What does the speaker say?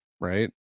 right